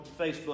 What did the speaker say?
facebook